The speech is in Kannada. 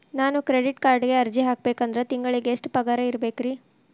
ನಾನು ಕ್ರೆಡಿಟ್ ಕಾರ್ಡ್ಗೆ ಅರ್ಜಿ ಹಾಕ್ಬೇಕಂದ್ರ ತಿಂಗಳಿಗೆ ಎಷ್ಟ ಪಗಾರ್ ಇರ್ಬೆಕ್ರಿ?